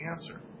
answer